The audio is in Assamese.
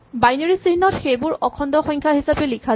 বাইনেৰী চিহ্নত সেইবোৰক অখণ্ড সংখ্যা হিচাপে লিখা যায়